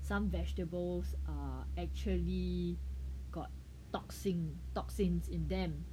some vegetables err actually got toxins toxins in them